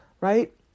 Right